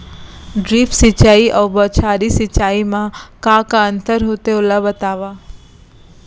Drip सिंचाई अऊ बौछारी सिंचाई मा का अंतर होथे, ओला बतावव?